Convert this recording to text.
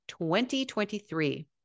2023